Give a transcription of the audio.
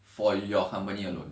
for your company alone